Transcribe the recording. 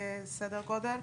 סדר גודל.